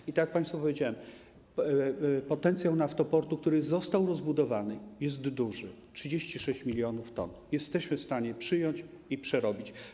I tak jak państwu powiedziałem, potencjał Naftoportu, który został rozbudowany, jest duży - 36 mln t, jesteśmy w stanie tyle przyjąć i przerobić.